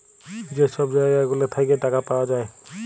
যে ছব জায়গা গুলা থ্যাইকে টাকা পাউয়া যায়